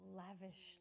lavish